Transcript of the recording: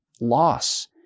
loss